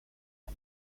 ana